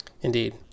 indeed